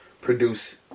produce